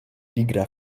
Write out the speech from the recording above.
nigra